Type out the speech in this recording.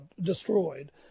destroyed